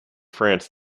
france